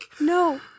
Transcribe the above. No